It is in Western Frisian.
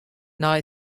nei